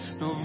no